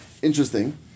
Interesting